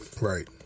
right